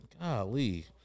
Golly